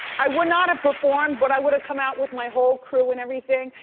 i would not have performed but, i would've came out with my whole crew and everything.